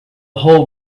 whole